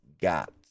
got